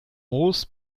moos